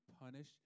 punish